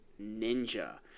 Ninja